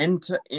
Enter